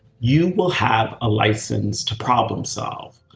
you will have a license to problem-solve,